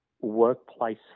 workplace